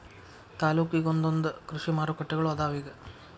ತಾಲ್ಲೂಕಿಗೊಂದೊಂದ ಕೃಷಿ ಮಾರುಕಟ್ಟೆಗಳು ಅದಾವ ಇಗ